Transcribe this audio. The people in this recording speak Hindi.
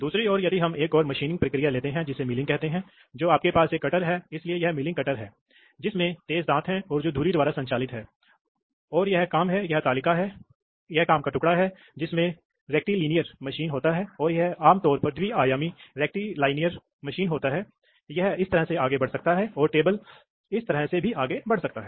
इसलिए जब इसे दबाया जाता है तो यह होगा यह खुल जाएगा और यह बंद हो जाएगा यह बंद हो जाएगा इसलिए ये बिंदु बंद हो जाएंगे और आपूर्ति मिल जाएगी निकास से जुड़ जाएगा इसलिए यह आयत है ये मानक हैं आपने उन्हें हाइड्रोलिक्स कोड के दौरान भी देखा है इसलिए हम जाएंगे कि हम इस पर बहुत तेजी से आगे बढ़ रहे हैं